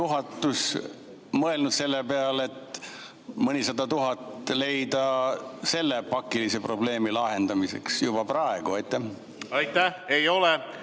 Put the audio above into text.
juhatus on mõelnud selle peale, et mõnisada tuhat leida selle pakilise probleemi lahendamiseks juba praegu? Aitäh! Ei ole.